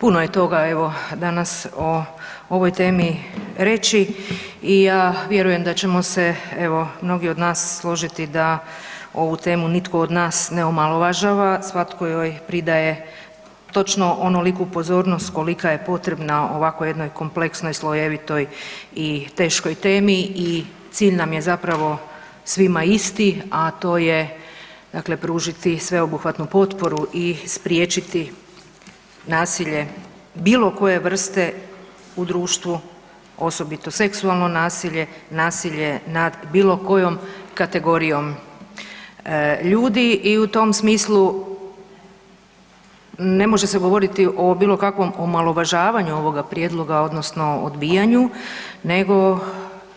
Puno je toga evo danas o ovoj temi reći i ja vjerujem da ćemo se evo mnogi od nas složiti da ovu temu nitko od nas ne omalovažava, svatko joj pridaje točno onoliku pozornost kolika je potrebna u ovako jednoj kompleksnoj, slojevitoj i teškoj temi i cilj nam je zapravo svima isti, a to je dakle pružiti sveobuhvatnu potporu i spriječiti nasilje bilo koje vrste u društvu osobito seksualno nasilje, nasilje nad bilo kojom kategorijom ljudi i u tom smislu ne može se govoriti o bilo kakvom omalovažavanju ovoga prijedloga odnosno odbijanju nego